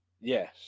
yes